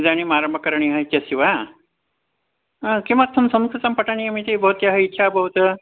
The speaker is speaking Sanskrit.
इदानीम् आरम्भं करणीयम् इत्यस्ति वा किमर्थं संस्कृतं पठनीयमिति भवत्याः इच्छा अभवत्